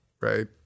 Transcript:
right